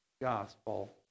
gospel